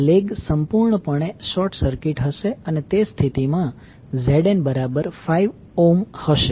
આ લેગ સંપૂર્ણપણે short circuit હશે અને તે સ્થિતિમાં ZN5 હશે